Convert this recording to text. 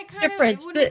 difference